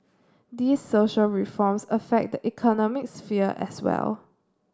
these social reforms affect the economic sphere as well